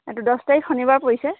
এইটো দহ তাৰিখ শনিবাৰ পৰিছে